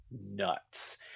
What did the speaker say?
nuts